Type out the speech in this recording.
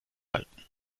halten